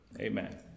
Amen